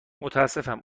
متاسفم